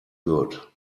good